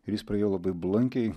ir jis praėjo labai blankiai